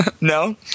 No